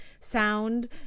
sound